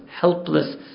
helpless